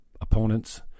opponents